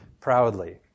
proudly